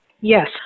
Yes